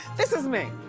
this is me,